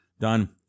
Done